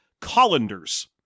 colanders